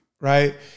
right